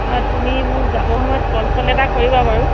আৰু তুমি মোক যাবৰ সময়ত ক'ল চল এটা কৰিবা বাৰু